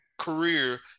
career